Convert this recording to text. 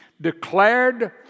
declared